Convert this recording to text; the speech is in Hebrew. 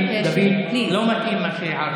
דוד, לא מתאים, מה שהערת.